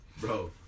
Bro